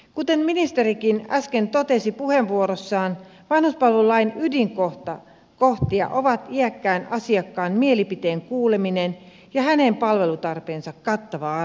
kuten ministerikin äsken totesi puheenvuorossaan vanhuspalvelulain ydinkohtia ovat iäkkään asiakkaan mielipiteen kuuleminen ja hänen palvelutarpeensa kattava arviointi